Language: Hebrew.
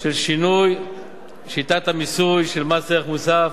של שיטת המיסוי של מס ערך מוסף.